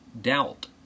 doubt